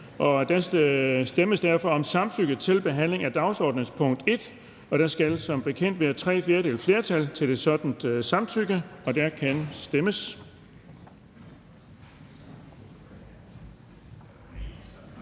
Der stemmes derfor om samtykke til behandling af dagsordenens punkt 1, og der skal som bekendt være tre fjerdedeles flertal til et sådant samtykke. Kl. 14:23 Afstemning